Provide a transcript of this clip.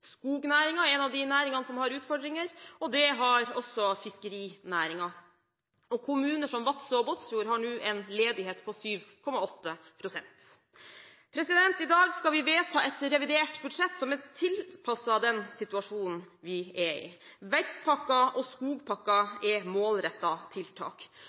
er én av næringene som har utfordringer, og det har også fiskerinæringen. Kommuner som Vadsø og Båtsfjord har nå en ledighet på 7,8 pst. I dag skal vi vedta et revidert budsjett som er tilpasset den situasjonen vi er i. Vekstpakken og skogpakken er målrettede tiltak.